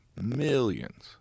millions